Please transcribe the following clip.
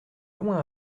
loin